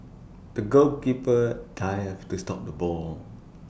the goalkeeper dived to stop the ball